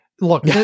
Look